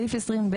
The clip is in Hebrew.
סעיף 20(ב),